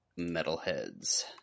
Metalheads